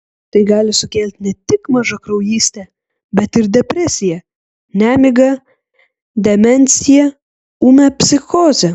tai gali sukelti ne tik mažakraujystę bet ir depresiją nemigą demenciją ūmią psichozę